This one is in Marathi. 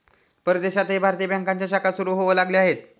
परदेशातही भारतीय बँकांच्या शाखा सुरू होऊ लागल्या आहेत